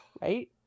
right